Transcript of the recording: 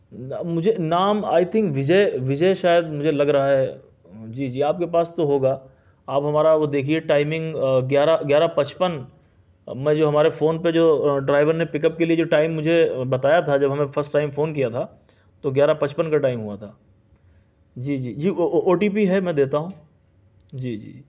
مجھے نام I think Vijay شاید مجھے لگ رہا ہے جی جی آپ کے پاس تو ہوگا آپ ہمارا وہ دیکھیے ٹائمنگ گیارہ گیارہ پچپن میں جو ہمارے فون پہ جو ڈرائیور نے پک اپ کے لیے جو ٹائم مجھے بتایا تھا جب ہمیں فرسٹ ٹائم فون کیا تھا تو گیارہ پچپن کا ٹائم ہوا تھا جی جی وہ او ٹی پی ہے میں دیتا ہوں جی جی